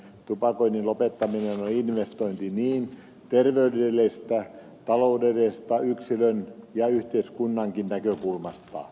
tupakoinnin lopettaminen on investointi niin terveydellisistä kuin taloudellisista syistä yksilön ja yhteiskunnankin näkökulmasta